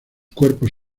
cuerpos